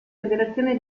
federazione